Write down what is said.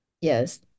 Yes